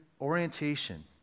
orientation